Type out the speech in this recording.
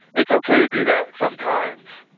it is okay to do that sometimes,